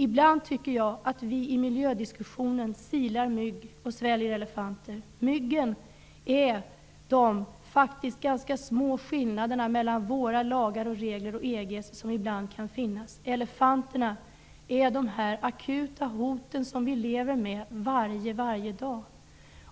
Ibland tycker jag att vi i miljödiskussionen silar mygg och sväljer elefanter. Myggen är de faktiska små skillnaderna mellan våra lagar och regler och EG:s, skillnader som ibland kan finnas. Elefanterna är de akuta hot som vi varje dag lever med,